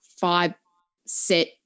five-set